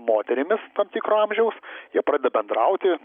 moterimis tam tikro amžiaus jie pradeda bendrauti